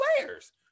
players